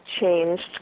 changed